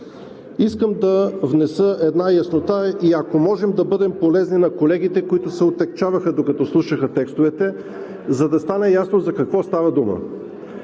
Искам да внеса една яснота и ако можем да бъдем полезни на колегите, които се отегчаваха, докато слушаха текстовете, за да стане ясно за какво става дума.